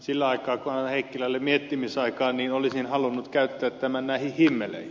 sillä aikaa kun annan heikkilälle miettimisaikaa olisin halunnut käyttää tämän näihin himmeleihin